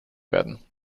werden